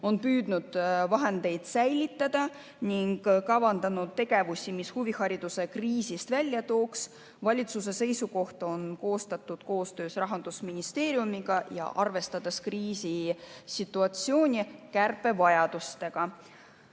on püüdnud vahendeid säilitada ning kavandanud tegevusi, mis huvihariduse kriisist välja tooks. Valitsuse seisukoht on koostatud koostöös Rahandusministeeriumiga ja arvestades kriisisituatsiooni kärpevajadustega.